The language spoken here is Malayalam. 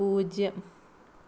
പൂജ്യം